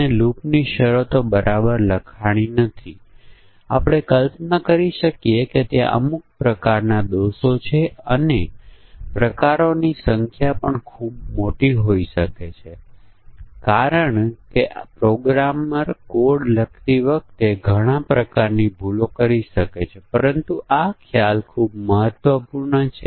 જો થાપણ 1 વર્ષથી ઓછી હોય તો આ વિવિધ ઇનપુટ્સ છે થાપણ 1 વર્ષથી ઓછી છે થાપણ 1 વર્ષથી 3 વર્ષની વચ્ચે છે થાપણ 3 વર્ષ કરતા વધારે છે થાપણ 1 લાખથી ઓછી છે અને થાપણ 1 લાખ કરતા વધારે છે તેથી આ બધા ઇનપુટ કારણો છે